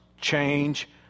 change